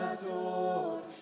adored